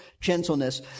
gentleness